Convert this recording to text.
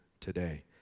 today